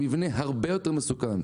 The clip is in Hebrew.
המבנה הרבה יותר מסוכן.